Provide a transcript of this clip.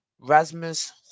Rasmus